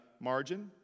margin